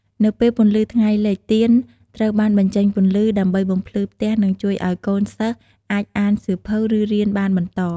នៅពេលពន្លឺថ្ងៃលិច ទៀនត្រូវបានបញ្ចេញពន្លឺ ដើម្បីបំភ្លឺផ្ទះនិងជួយឱ្យកូនសិស្សអាចអានសៀវភៅឬរៀនបានបន្ត។